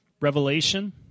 Revelation